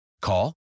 Call